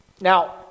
Now